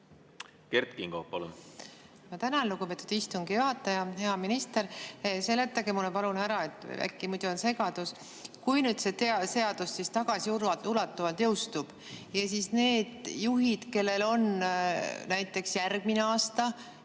Kert Kingo, palun! Ma tänan, lugupeetud istungi juhataja! Hea minister! Seletage mulle palun ära, äkki muidu on segadus. Kui nüüd see seadus tagasiulatuvalt jõustub, kas siis nendel juhtidel, kellel on näiteks järgmine aasta